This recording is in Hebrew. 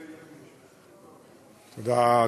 תודה,